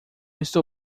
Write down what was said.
estou